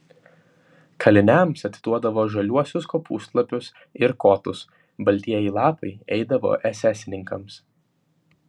kaliniams atiduodavo žaliuosius kopūstlapius ir kotus baltieji lapai eidavo esesininkams